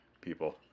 people